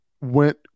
went